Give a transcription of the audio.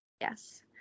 yes